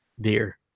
beer